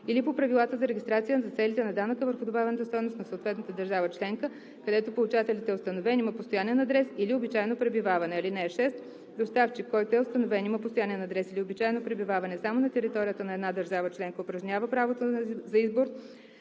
или по правилата за регистрация за целите на данъка върху добавената стойност на съответната държава членка, където получателят е установен, има постоянен адрес или обичайно пребиваване. (6) Доставчик, който е установен, има постоянен адрес или обичайно пребиваване само на територията на една държава членка, упражнява правото на избор